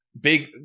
big